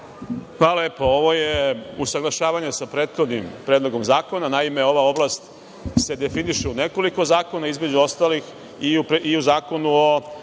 Pa, lepo, ovo je usaglašavanje sa prethodnim Predlogom zakona. Naime, ova oblast se definiše u nekoliko zakona, između ostalih i u Zakonu o